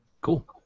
Cool